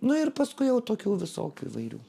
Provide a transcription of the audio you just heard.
nu ir paskui jau tokių visokių įvairių